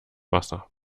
wasser